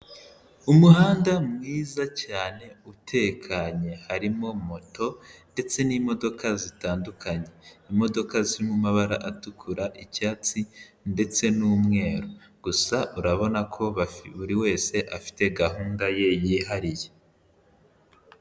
Umuhanda mwiza cyane utekanye harimo moto ndetse n'imodoka zitandukanye, imodoka zirimo amabara atukura, icyatsi ndetse n'umweru, gusa urabona ko buri wese afite gahunda ye yihariye.